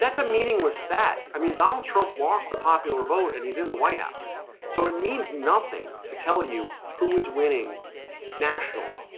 that's a meaningless stat. i mean donald trump lost the popular vote and he's in the white house so it means nothing to tell you who is winning nationally,